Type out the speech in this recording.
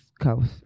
coast